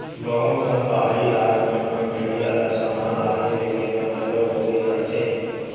बहुत कन पहाड़ी राज मन म भेड़िया ल समान लाने लेगे बर घलो बउरे जाथे